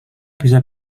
bisa